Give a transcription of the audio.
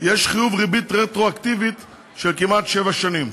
יש חיוב ריבית רטרואקטיבית של כמעט שבע שנים.